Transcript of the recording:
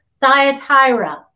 Thyatira